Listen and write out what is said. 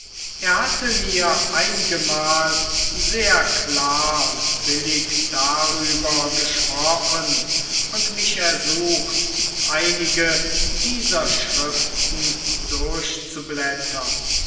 er hatte mir einigemal sehr klar und billig darüber gesprochen und mich ersucht einige dieser schriften durchzublättern